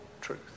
truth